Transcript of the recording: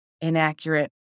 inaccurate